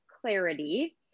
clarity